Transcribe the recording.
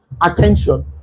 attention